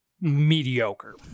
mediocre